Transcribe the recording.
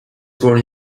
born